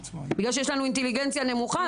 בגלל שיש לנו אינטליגנציה נמוכה?